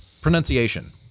Pronunciation